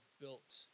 built